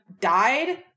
died